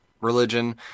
religion